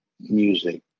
music